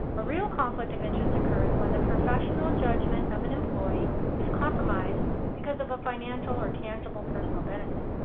a real conflict of interest occurs when the professional judgement of an employee is compromised because of a financial or tangible personal benefit.